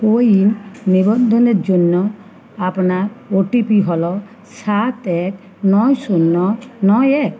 কো win নিবন্ধনের জন্য আপনার ওটিপি হলো সাত এক নয় শূন্য নয় এক